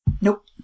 Nope